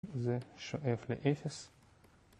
זה שואף לאפס